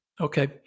Okay